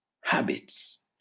habits